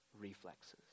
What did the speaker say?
reflexes